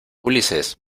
ulises